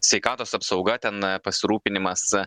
sveikatos apsauga ten pasirūpinimas